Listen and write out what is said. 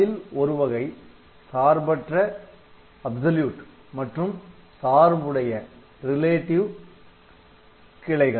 அதில் ஒருவகை சார்பற்ற மற்றும் சார்புடைய கிளைகள்